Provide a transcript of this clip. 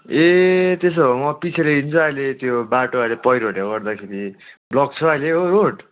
ए त्यसो भए म पछि ल्याइदिन्छु अहिले त्यो बाटो अहिले पैह्रोहरूले गर्दाखेरि ब्लक छ अहिले हो रोड